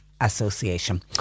Association